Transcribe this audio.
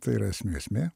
tai yra esmių esmė